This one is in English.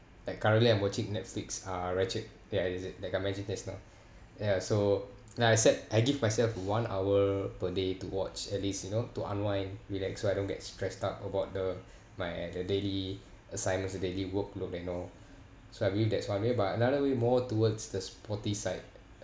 like currently I'm watching netflix uh ratched there are is it that I mentioned just now ya so like I said I give myself one hour per day to watch at least you know to unwind relax so I don't get stressed out about the my the daily assignments uh daily workload and all so I believe that's one way but another way more towards the sporty side